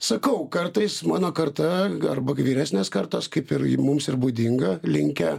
sakau kartais mano karta arba kaip vyresnės kartos kaip ir mums ir būdinga linkę